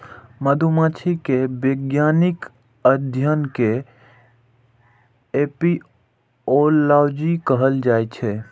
मधुमाछी के वैज्ञानिक अध्ययन कें एपिओलॉजी कहल जाइ छै